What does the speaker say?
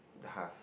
the husk